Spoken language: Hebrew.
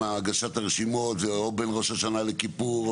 הגשת הרשימות או בין ראש השנה לכיפור,